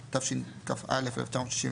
התשכ"א-1961,